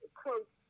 quote